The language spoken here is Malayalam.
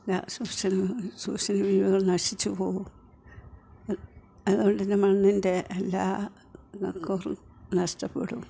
സൂക്ഷ്മജീവികള് നശിച്ചു പോവും അതുകൊണ്ട് മണ്ണിൻ്റെ എല്ലാ കുറേ നഷ്ടപ്പെടും